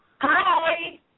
Hi